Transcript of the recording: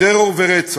טרור ורצח.